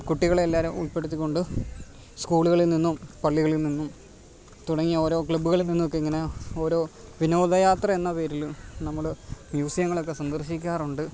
കുട്ടികളെ എല്ലാവരെയും ഉൾപ്പെടുത്തിക്കൊണ്ട് സ്കൂളുകളിളിൽനിന്നും പള്ളികളിൽനിന്നും തുടങ്ങിയ ഓരോ ക്ലബ്ബുകളിൽനിന്നും ഒക്കെ ഇങ്ങനെ ഓരോ വിനോദയാത്ര എന്ന പേരിലും നമ്മൾ മ്യൂസിയങ്ങളൊക്കെ സന്ദർശിക്കാറുണ്ട്